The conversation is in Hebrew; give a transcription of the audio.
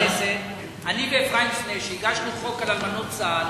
אני ואפרים סנה הגשנו חוק על אלמנות צה"ל,